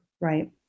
Right